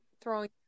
...throwing